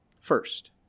First